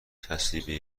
چسبیدی